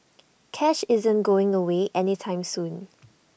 cash isn't going away any time soon